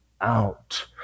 out